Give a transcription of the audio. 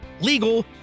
legal